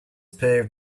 paved